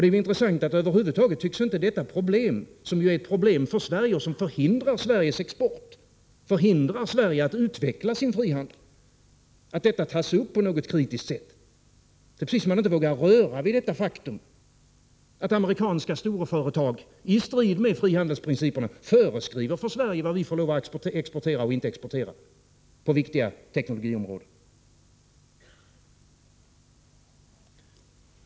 Det är intressant att detta problem — som ju är ett problem för Sverige, eftersom det förhindrar Sveriges export och förhindrar Sverige att utveckla sin frihandel — över huvud taget inte tas upp på något kritiskt sätt. Det verkar precis som om man inte vågade röra vid detta faktum att amerikanska storföretag, i strid med frihandelsprinciperna, föreskriver vad Sverige får lov och inte får lov att exportera på viktiga teknologiområden.